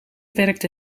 werkte